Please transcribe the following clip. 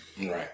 Right